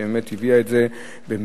שבאמת הביאה את זה במהירות,